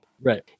Right